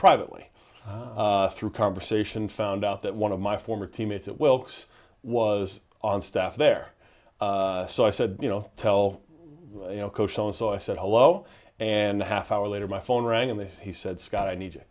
privately through conversation found out that one of my former teammates at wilkes was on staff there so i said you know tell you know coachella so i said hello and a half hour later my phone rang and then he said scott i need